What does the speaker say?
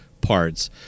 parts